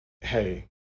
Hey